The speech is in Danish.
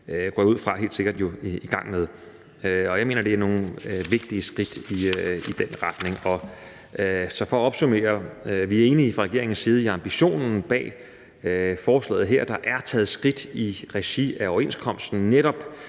jeg ud fra, helt sikkert i gang med. Og jeg mener, det er nogle vigtige skridt i den retning. Så for at opsummere: Vi er enige fra regeringens side i ambitionen bag forslaget her. Der er taget skridt i regi af overenskomsten netop